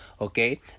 okay